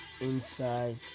Inside